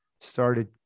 started